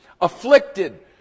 afflicted